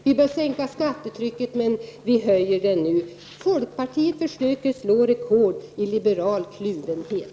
Man bör sänka skattetrycket, men man skall höja det nu. Folkpartiet försöker slå rekord i liberal kluvenhet.